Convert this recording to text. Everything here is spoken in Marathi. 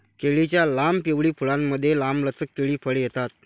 केळीच्या लांब, पिवळी फुलांमुळे, लांबलचक केळी फळे येतात